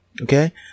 Okay